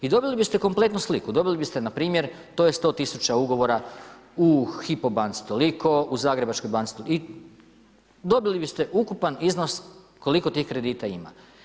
I dobili bi ste kompletnu sliku, dobili biste npr. to je 100 000 ugovora, u Hypo banci toliko, u Zagrebačkoj banci toliko i dobili bi ste ukupan iznos koliko tih kredita ima.